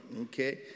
Okay